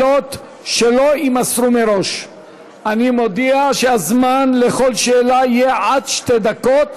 אני מודיע שהזמן לכל שאלה יהיה עד שתי דקות,